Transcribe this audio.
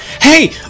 hey